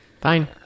Fine